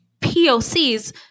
POC's